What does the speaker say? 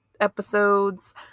episodes